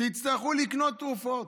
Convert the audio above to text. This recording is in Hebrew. שיצטרכו לקנות תרופות,